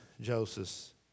Joseph